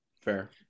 Fair